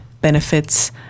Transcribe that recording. benefits